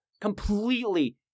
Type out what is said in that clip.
completely